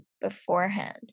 beforehand